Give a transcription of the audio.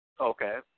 Okay